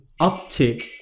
uptick